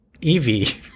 Evie